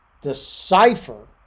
decipher